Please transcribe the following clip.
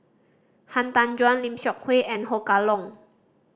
Han Tan Juan Lim Seok Hui and Ho Kah Leong